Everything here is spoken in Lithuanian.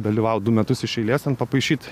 dalyvaut du metus iš eilės ten papaišyt